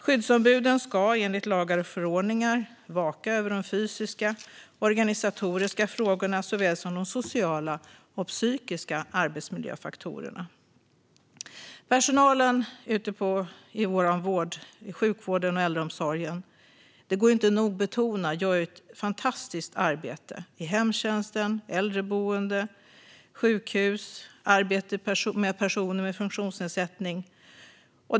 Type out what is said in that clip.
Skyddsombuden ska enligt lagar och förordningar vaka över såväl de fysiska och organisatoriska frågorna som de sociala och psykiska arbetsmiljöfaktorerna. Personalen ute i sjukvården och äldreomsorgen gör ett fantastiskt arbete i hemtjänsten, på äldreboenden, på sjukhus eller i arbetet med personer med funktionsnedsättning.